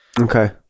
okay